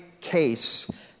case